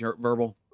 Verbal